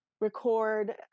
record